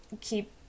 keep